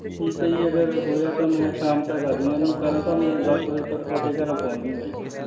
ਠੀਕ ਹੈ ਜੀ ਅਗਰ ਹੋਇਆ ਤਾਂ ਮੈਂ ਸ਼ਾਮ ਤੱਕ ਆਜੂੰਗਾ ਨਹੀਂ ਕੱਲ੍ਹ ਤਾਂ ਮੈਂ ਦਸ ਵਜੇ ਤੱਕ ਤੁਹਾਡੇ ਘਰਾਂ ਪਹੁੰਚ ਜੂੰਗਾ ਜੀ